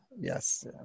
yes